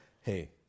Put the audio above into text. hey